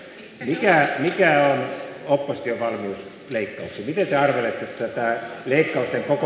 mitä te arvelette että tämä leikkausten kokonaismäärä sopeutuksista on